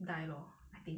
die loh I think